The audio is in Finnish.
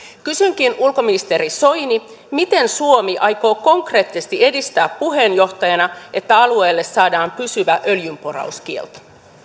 kysynkin ulkoministeri soini miten suomi aikoo konkreettisesti edistää puheenjohtajana sitä että alueelle saadaan pysyvä öljynporauskielto